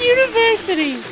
University